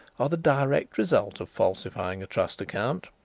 are the direct result of falsifying a trust account.